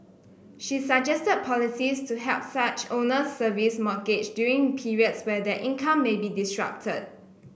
she policies to help such owners service mortgage during periods where their income may be disrupted